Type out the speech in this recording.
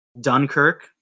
Dunkirk